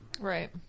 Right